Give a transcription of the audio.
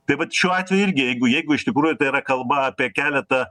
tai vat šiuo atvejuirgi jeigu jeigu iš tikrųjų tai yra kalba apie keletą